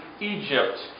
Egypt